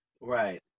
Right